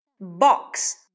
box